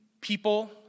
people